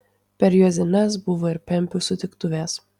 per juozines buvo ir pempių sutiktuvės